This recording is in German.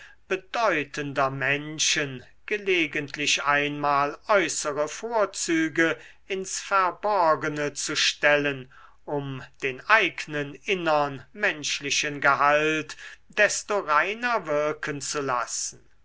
bedeutender menschen gelegentlich einmal äußere vorzüge ins verborgene zu stellen um den eignen innern menschlichen gehalt desto reiner wirken zu lassen